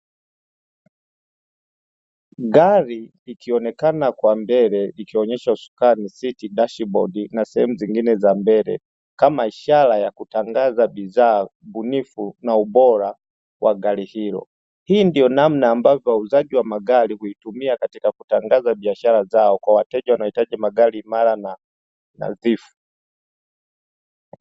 Gari ikionekana kwa mbele ikionyesha usukani, siti, dashibodi na sehemu zingine za mbele kama ishara ya kutangaza bidhaa, ubunifu na ubora wa gari hilo. Hii ndio namna ambavyo wauzaji wa magari huitumia katika kutangaza biashara zao kwa wateja wanahitaji magari imara na nadhifu.